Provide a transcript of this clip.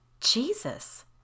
Jesus